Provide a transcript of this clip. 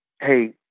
hey